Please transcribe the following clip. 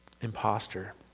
imposter